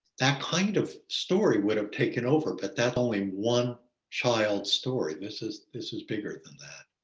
that kind of story would have taken over, but that only one child story, this is this is bigger than that.